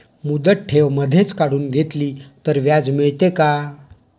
मुदत ठेव मधेच काढून घेतली तर व्याज मिळते का?